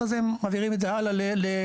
אחרי זה הם מעבירים את זה הלאה ליזמים